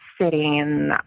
sitting